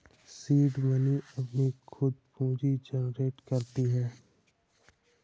seed money अपनी खुद पूंजी जनरेट करती है